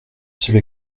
seule